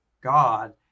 God